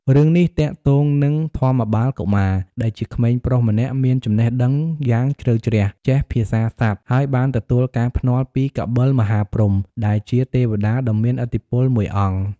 រឿងនេះទាក់ទងនឹង ធម្មបាលកុមារ ដែលជាក្មេងប្រុសម្នាក់មានចំណេះដឹងយ៉ាងជ្រៅជ្រះចេះភាសាសត្វ ហើយបានទទួលការភ្នាល់ពី កបិលមហាព្រហ្ម ដែលជាទេវតាដ៏មានឥទ្ធិពលមួយអង្គ។